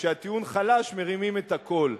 שכשהטיעון חלש מרימים את הקול.